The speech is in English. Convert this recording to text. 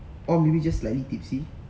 or maybe just slightly tipsy